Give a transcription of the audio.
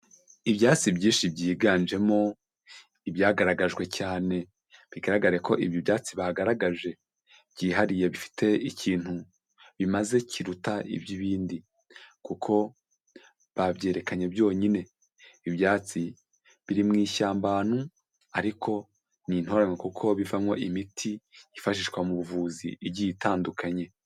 Ibyatsi byinshi byiganjemo ibyagaragajwe cyane, bigaragare ko ibyo byatsi bagaragaje byihariye bifite ikintu bimaze kiruta iby'ibindi kuko babyerekanye byonyine. Ibyatsi biri mu ishyamba ahantu ariko n intorane kuko bivamo imiti yifashishwa mu buvuzi igiye itandukanye.